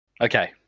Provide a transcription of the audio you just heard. Okay